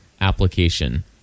application